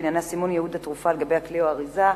שעניינה סימון ייעוד תרופה על גבי הכלי או האריזה,